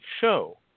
show